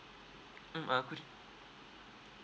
mm uh could